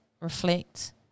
reflect